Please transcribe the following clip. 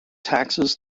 taxes